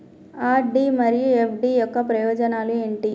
RD మరియు FD యొక్క ప్రయోజనాలు ఏంటి?